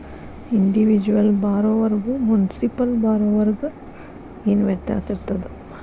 Individual ಬಾರೊವರ್ಗು municipal ಬಾರೊವರ್ಗ ಏನ್ ವ್ಯತ್ಯಾಸಿರ್ತದ?